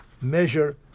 measure